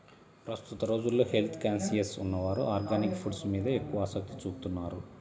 ప్రస్తుత రోజుల్లో health conscious ఉన్నవారు ఆర్గానిక్ ఫుడ్స్ మీద ఎక్కువ ఆసక్తి చూపుతున్నారు